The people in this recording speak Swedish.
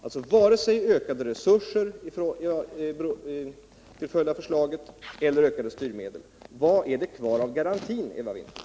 Alltså: varken ökade resurser till följd av förslaget eller ökade styrmedel — vad är det kvar av garantin, Eva Winther?